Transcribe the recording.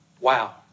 Wow